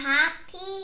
Happy